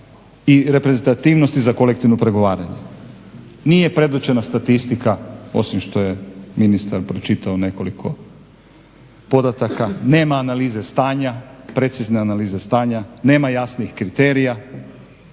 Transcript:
i reprezentativnosti za kolektivno pregovaranje. Nije predočena statistika osim što je ministar pročitao nekoliko podataka, nema analize stanja, precizne analize stanja, nema jasnih kriterija.